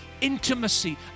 intimacy